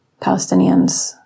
Palestinians